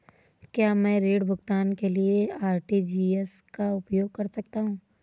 क्या मैं ऋण भुगतान के लिए आर.टी.जी.एस का उपयोग कर सकता हूँ?